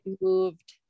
moved